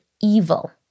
evil